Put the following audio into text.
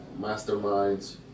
masterminds